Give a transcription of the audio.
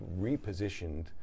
repositioned